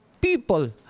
people